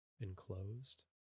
enclosed